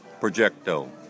Projecto